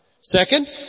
Second